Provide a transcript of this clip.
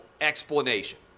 explanation